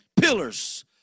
Pillars